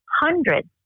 hundreds